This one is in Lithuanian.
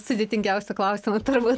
sudėtingiausią klausimą turbūt